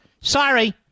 Sorry